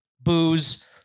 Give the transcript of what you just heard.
booze